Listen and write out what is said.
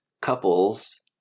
couples